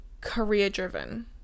career-driven